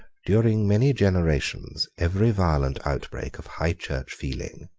during many generations every violent outbreak of high church feeling,